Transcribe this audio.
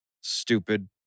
stupid